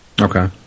Okay